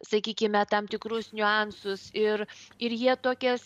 sakykime tam tikrus niuansus ir ir jie tokias